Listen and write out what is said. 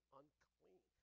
unclean